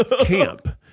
camp